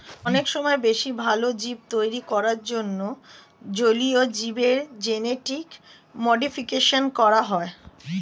অনেক সময় বেশি ভালো জীব তৈরী করার জন্যে জলীয় জীবের জেনেটিক মডিফিকেশন করা হয়